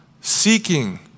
seeking